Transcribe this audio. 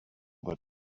that